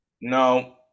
No